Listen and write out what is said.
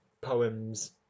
poems